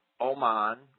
Oman